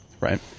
Right